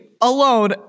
alone